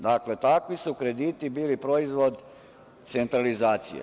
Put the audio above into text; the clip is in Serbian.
Dakle, takvi su krediti bili proizvod centralizacije.